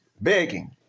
begging